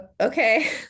okay